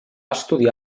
estudiar